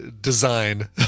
design